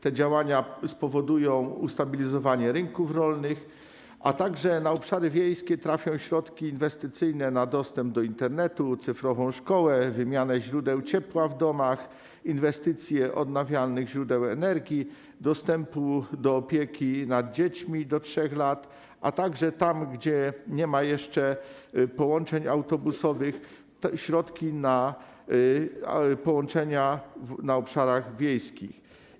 Te działania spowodują ustabilizowanie rynków rolnych, a także na obszary wiejskie trafią środki inwestycyjne na dostęp do Internetu, cyfrową szkołę, wymianę źródeł ciepła w domach, inwestycje w odnawialne źródła energii, dostęp do opieki nad dziećmi do 3 lat, a tam, gdzie nie ma jeszcze połączeń autobusowych, trafią środki na połączenia na obszarach wiejskich.